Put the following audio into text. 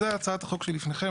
זו הצעת החוק שלפניכם.